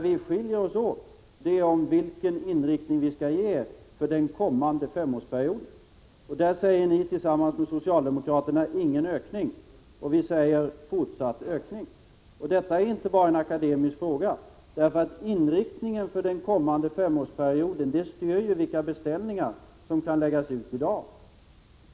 Vi skiljer oss däremot åt beträffande vilken inriktning vi skall ge den kommande femårsperioden. Där säger ni tillsammans med socialdemokraterna: Ingen ökning. Vi säger: Fortsatt ökning. Det är inte bara en akademisk 51 fråga. Inriktningen för den kommande femårsperioden styr ju vilka beställningar som kan läggas ut i dag.